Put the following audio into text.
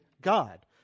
god